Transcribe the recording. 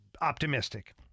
optimistic